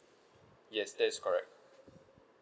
yes that is correct